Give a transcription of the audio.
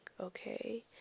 okay